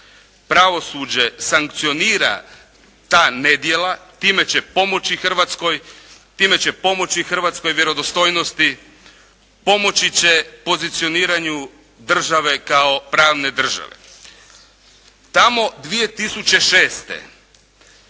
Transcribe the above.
pravosuđe sankcionira ta nedjela time će pomoći Hrvatskoj, time će pomoći hrvatskoj vjerodostojnosti. Pomoći će pozicioniranju države kao pravne države. Tamo 2006.